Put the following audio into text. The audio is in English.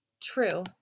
True